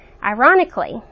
Ironically